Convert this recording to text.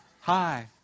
Hi